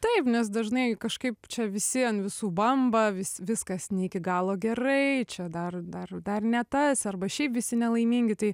taip nes dažnai kažkaip čia visi ant visų bamba vis viskas ne iki galo gerai čia dar dar dar ne tas arba šiaip visi nelaimingi tai